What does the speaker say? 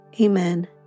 Amen